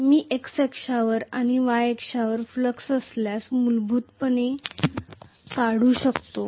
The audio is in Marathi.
मी x अक्षावर आणि y अक्षावर फ्लक्स असल्यास मूलभूतपणे काढू शकतो